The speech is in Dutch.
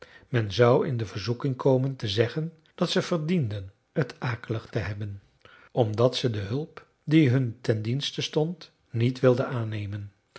zou in de verzoeking komen te zeggen dat ze verdienden het akelig te hebben omdat ze de hulp die hun ten dienste stond niet wilden aannemen